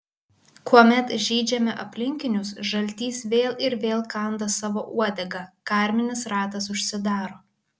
kuomet žeidžiame aplinkinius žaltys vėl ir vėl kanda savo uodegą karminis ratas užsidaro